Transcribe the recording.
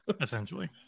essentially